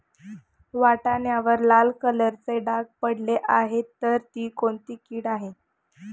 वाटाण्यावर लाल कलरचे डाग पडले आहे तर ती कोणती कीड आहे?